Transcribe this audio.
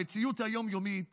המציאות היום-יומית